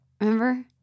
Remember